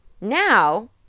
now